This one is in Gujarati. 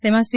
તેમાં સી